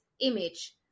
image